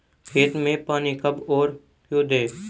खेत में पानी कब और क्यों दें?